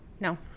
No